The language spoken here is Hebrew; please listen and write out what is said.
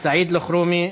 סעיד אלחרומי,